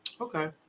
Okay